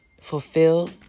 fulfilled